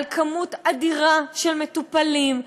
למספר אדיר של מטופלים,